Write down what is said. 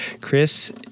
chris